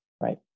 right